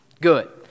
Good